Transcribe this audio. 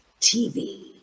TV